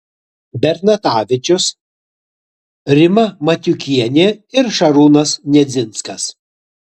bernatavičius rima matiukienė ir šarūnas nedzinskas